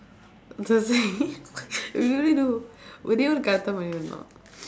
we already do ஒரே ஒரு:oree oru card தான் வெளியே வரனும்:thaan veliyee varanum